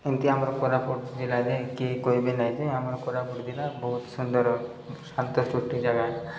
ଏମିତି ଆମର କୋରାପୁଟ ଜିଲ୍ଲାରେ କିଏ କହିବି ନାହିଁ ଯେ ଆମର କୋରାପୁଟ ଜିଲ୍ଲା ବହୁତ ସୁନ୍ଦର ଶାନ୍ତ ଜାଗା